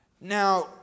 Now